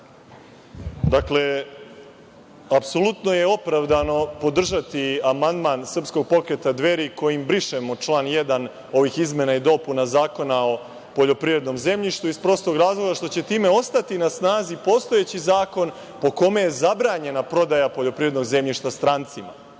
Dakle, apsolutno je opravdano podržati amandman Srpskog pokreta Dveri, kojim brišemo član 1. ovih izmena i dopuna Zakona o poljoprivrednom zemljištu, iz prostog razloga što će time ostati na snazi postojeći zakon, po kome je zabranjena prodaja poljoprivrednog zemljišta strancima. Vi,